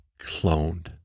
cloned